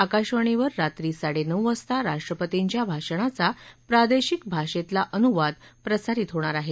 आकाशवाणीवर रात्री साडेनऊ वाजता राष्ट्रपतींच्या भाषणाचा प्रादेशिक भाषेतला अनुवाद प्रसारित होणार आहे